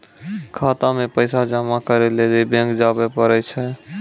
खाता मे पैसा जमा करै लेली बैंक जावै परै छै